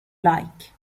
like